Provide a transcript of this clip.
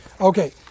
Okay